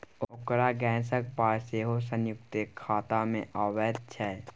ओकर गैसक पाय सेहो संयुक्ते खातामे अबैत छै